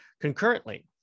concurrently